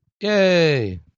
Yay